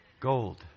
Gold